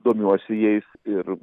domiuosi jais ir